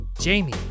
Jamie